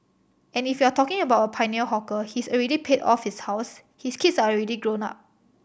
and if you're talking about a pioneer hawker he's already paid off his house his kids are already grown up